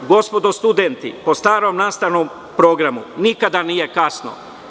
Gospodo studenti po starom nastavnom programu, nikada nije kasno.